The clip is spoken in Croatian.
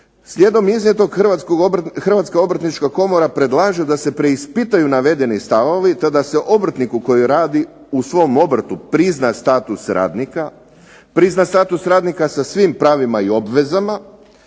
Slijedom iznijetog HOK-a predlaže da se preispitaju navedeni stavovi te da se obrtniku koji radi u svom obrtu prizna status radnika, prizna status radnika sa svim pravima i obvezama